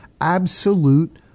absolute